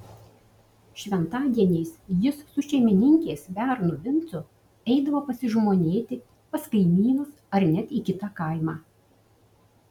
šventadieniais jis su šeimininkės bernu vincu eidavo pasižmonėti pas kaimynus ar net į kitą kaimą